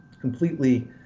completely